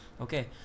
Okay